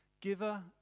giver